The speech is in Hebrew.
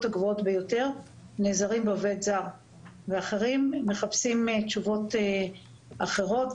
הגבוהות ביותר נעזרים בעובד זר ואחרים מחפשים תשובות אחרות,